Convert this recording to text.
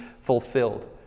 fulfilled